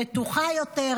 בטוחה יותר,